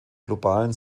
globalen